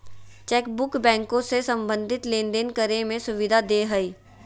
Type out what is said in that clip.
chequebook बैंको से संबंधित लेनदेन करे में सुविधा देय हइ